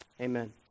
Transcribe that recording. Amen